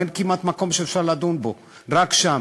אין כמעט מקום שאפשר לדון בו, רק שם.